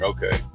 Okay